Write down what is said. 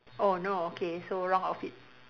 oh no okay so wrong outfit